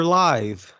live